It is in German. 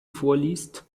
vorliest